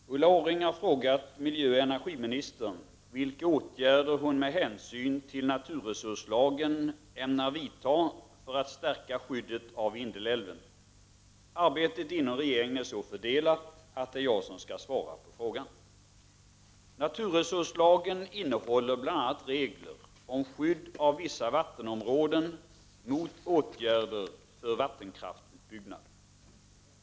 Herr talman! Ulla Orring har frågat miljöoch energiministern vilka åtgärder hon med hänsyn till naturresurslagen ämnar vidta för att stärka skyddet av Vindelälven. Arbetet inom regeringen är så fördelat att det är jag som skall svara på frågan. Naturresurslagen innehåller bl.a. regler om skydd av vissa vattenområden mot åtgärder för vattenkraftutbyggnad.